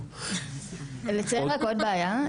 לציין רק עוד בעיה,